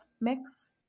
mix